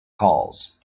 calls